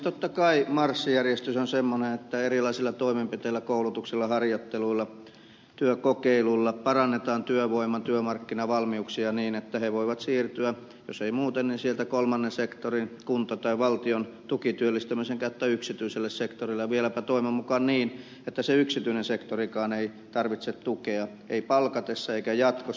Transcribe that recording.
totta kai marssijärjestys on semmoinen että erilaisilla toimenpiteillä koulutuksella harjoittelulla työkokeilulla parannetaan työvoiman työmarkkinavalmiuksia niin että ihmiset voivat siirtyä jos ei muuten niin sieltä kolmannen sektorin kunnan tai valtion tukityöllistämisen kautta yksityiselle sektorille vieläpä toivon mukaan niin että se yksityinen sektorikaan ei tarvitse tukea ei palkatessa eikä jatkossa